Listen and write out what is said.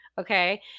okay